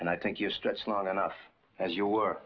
and i think you stretch long enough as you were